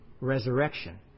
resurrection